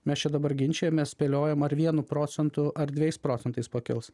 mes čia dabar ginčijamės spėliojam ar vienų procentų ar dvejais procentais pakils